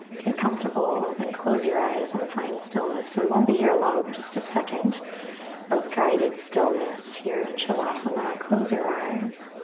get comfortable then close your eyes and find stillness. so we won't be here long but just a second of guided stillness here in shavasana. close your eyes.